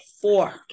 four